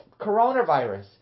Coronavirus